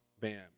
bam